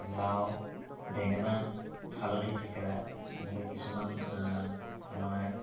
লাও বেঙেনা হালধি থেকেৰা এনেকৈ কিছুমান আমাৰ